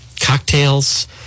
cocktails